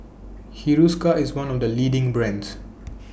Hiruscar IS one of The leading brands